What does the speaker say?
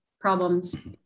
problems